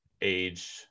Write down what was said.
age